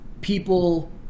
People